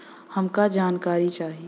हमका जानकारी चाही?